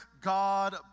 God